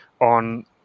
on